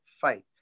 fight